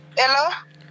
hello